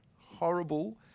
horrible